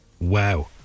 wow